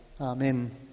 Amen